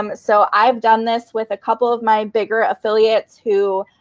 um so i've done this with a couple of my bigger affiliates who,